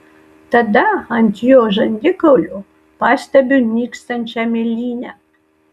tada ant jo žandikaulio pastebiu nykstančią mėlynę